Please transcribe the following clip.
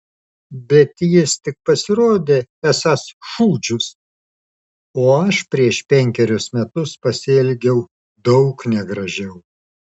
bet jis tik pasirodė esąs šūdžius o aš prieš penkerius metus pasielgiau daug negražiau